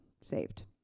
saved